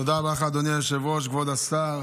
תודה רבה לך, אדוני היושב-ראש, כבוד השר.